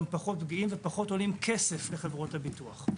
פחות פגיעים ופחות עולים כסף לחברות הביטוח.